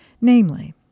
namely